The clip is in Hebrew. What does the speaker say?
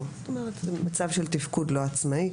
מצב של תפקוד לא עצמאי.